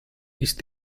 ist